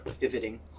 pivoting